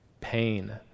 Pain